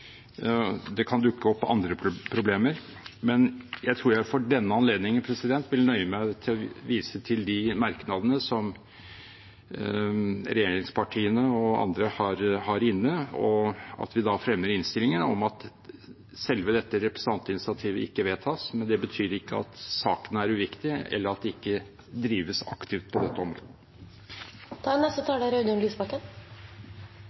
Det kan dukke opp andre problemer, men jeg tror at jeg for denne anledningen vil nøye meg med å vise til de merknadene som regjeringspartiene og andre har inne. Vi fremmer innstillingen om at selve dette representantinitiativet ikke vedtas, men det betyr ikke at saken er uviktig, eller at det ikke drives aktivt … Gjennom dette